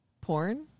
porn